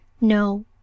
No